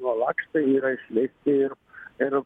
na lakštai yra išleisti ir ir